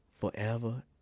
forever